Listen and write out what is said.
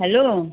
hello